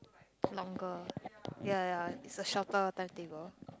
longer ya ya it's a shorter timetable